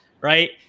right